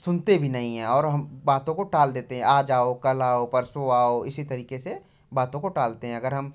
सुनते भी नहीं है और हम बातों को टाल देते हैं आज आओ कल आओ परसों आओ इसी तरीके से बातों को टालते हैं अगर हम